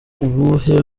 ubuyobe